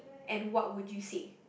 and what would you say